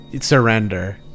surrender